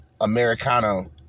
americano